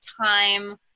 time